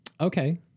okay